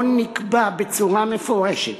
הקובעת בצורה מפורשת